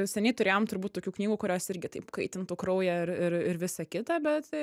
seniai turėjom turbūt tokių knygų kurios irgi taip kaitintų kraują ir ir ir visą kitą bet